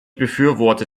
befürworte